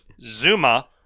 Zuma